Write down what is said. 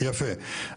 יפה,